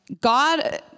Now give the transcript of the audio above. God